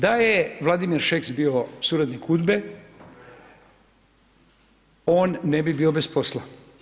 Da je Vladimir Šeks bio suradnik UDBA-e on ne bi bio bez posla.